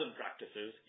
practices